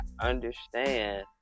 understand